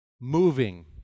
moving